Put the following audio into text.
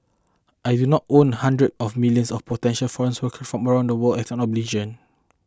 I do not owe hundreds of millions of potential foreign workers from around the world an obligation